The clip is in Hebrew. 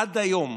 עד היום